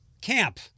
camp